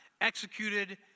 executed